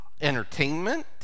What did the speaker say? entertainment